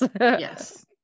Yes